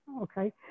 Okay